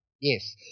Yes